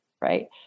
right